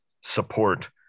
support